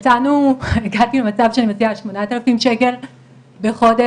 הגעתי למצב שאני מציעה 8,000 שקלים בחודש,